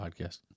podcast